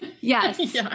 Yes